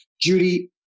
Judy